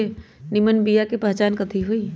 निमन बीया के पहचान कईसे होतई?